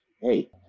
hey